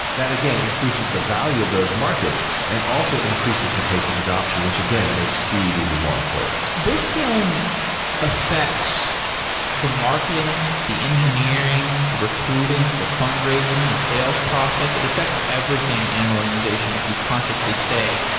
that, again, increases the value of those markets and also increases the pace of adaption, which again makes speed even more important. blitzscaling affects the marketing, the engineering, the recruiting, the fundraising, the sales process. it affects everything in an organization if you consciously say,